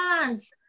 hands